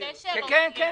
כן, כן.